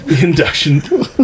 Induction